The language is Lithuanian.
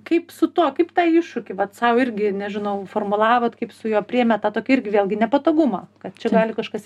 kaip su tuo kaip tą iššūkį vat sau irgi nežinau formulavot kaip su juo priėmėt tą tokį irgi vėlgi nepatogumą kad čia gali kažkas